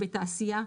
בתעשייה,